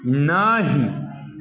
नहि